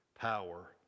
power